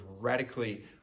radically